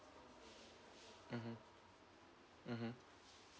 mmhmm mmhmm